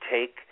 take